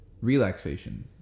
relaxation